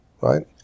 right